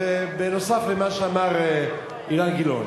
נוסף על מה שאמר אילן גילאון.